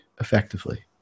Effectively